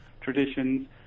traditions